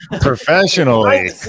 professionally